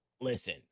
Listen